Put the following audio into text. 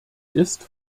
ist